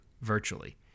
virtually